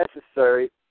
necessary